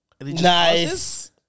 Nice